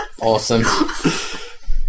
Awesome